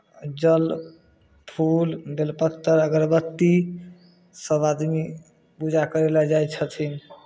जल फूल बेलपत्र अगरबत्ती सभ आदमी पूजा करय लेल जाइ छथिन